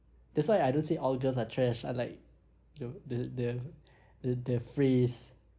that's why I don't say all girls are trash ah like the the the the the phrase